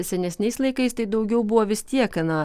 senesniais laikais tai daugiau buvo vis tiek na